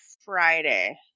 Friday